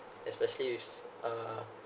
especially with uh